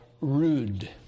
rude